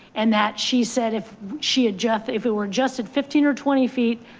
and that she said if she had jeff, if we were just at fifteen or twenty feet,